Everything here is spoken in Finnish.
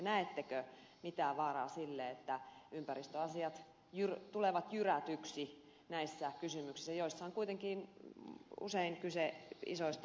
näettekö mitään vaaraa siitä että ympäristöasiat tulevat jyrätyiksi näissä kysymyksissä joissa on kuitenkin usein kyse isoista työpaikkamääristä